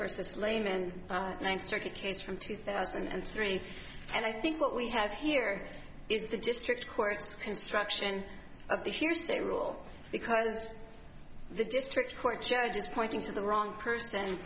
versus lame and ninth circuit case from two thousand and three and i think what we have here is the district court's construction of the hearsay rule because the district court judge is pointing to the wrong person